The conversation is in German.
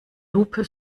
lupe